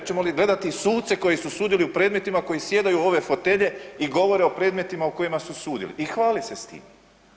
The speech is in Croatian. Hoćemo li gledati i suce koji su sudili u predmetima koji sjedaju u ove fotelje i govore o predmetima u kojima su sudili i hvali se s tim?